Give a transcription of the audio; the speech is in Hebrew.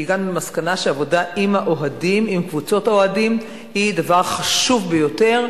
כי הגענו למסקנה שעבודה עם קבוצות אוהדים היא דבר חשוב ביותר,